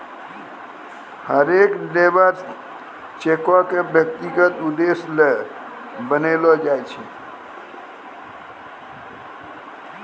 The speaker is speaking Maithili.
हरेक लेबर चेको क व्यक्तिगत उद्देश्य ल बनैलो जाय छै